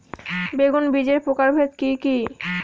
বেগুন বীজের প্রকারভেদ কি কী?